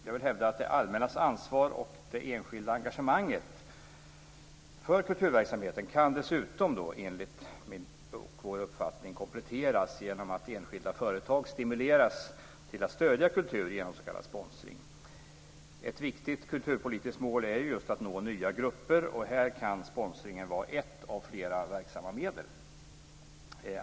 Jag vill hävda att det allmännas ansvar och det enskilda engagemanget för kulturverksamhet kan dessutom enligt vår uppfattning kompletteras genom att enskilda företag stimuleras till att stödja kultur genom s.k. sponsring. Ett viktigt kulturpolitiskt mål är just att man ska nå nya grupper, och här kan sponsringen vara ett av flera verksamma medel.